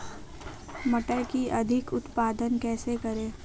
मटर का अधिक उत्पादन कैसे करें?